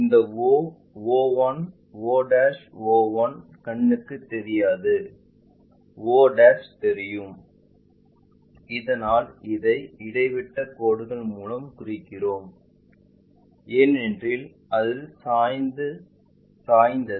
இந்த o o 1 o o1 கண்ணுக்கு தெரியாதது o தெரியும் இதனால் இதை இடைவிட்டக் கோடுகள் மூலம் குறிக்கிறோம் ஏனெனில் அது சாய்ந்தது